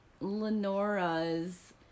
Lenora's